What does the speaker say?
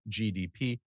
GDP